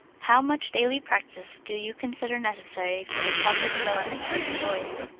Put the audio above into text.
how much daily practise do you consider necessary for the proper development of your voice?